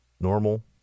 normal